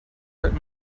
hurt